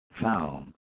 found